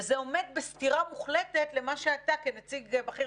וזה עומד בסתירה מוחלטת למה שאתה כנציג בכיר